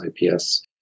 IPS